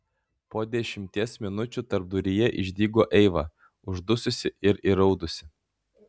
po dešimties minučių tarpduryje išdygo eiva uždususi ir įraudusi